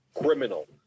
criminal